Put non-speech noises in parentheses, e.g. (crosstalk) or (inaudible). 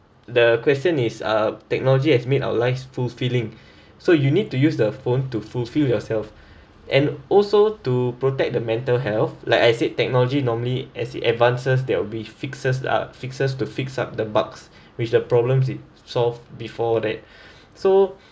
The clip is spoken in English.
the question is uh technology has made our lives fulfilling so you need to use the phone to fulfill yourself and also to protect the mental health like I said technology normally as it advances there'll be fixers uh fixers to fix up the bugs which the problems it solve before that (breath) so